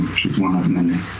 she's one of many.